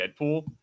Deadpool